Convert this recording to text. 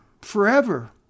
forever